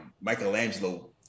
Michelangelo